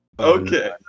Okay